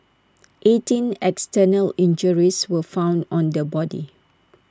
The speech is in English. eighteen external injuries were found on the body